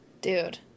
Dude